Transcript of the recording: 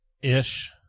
Ish